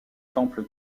temple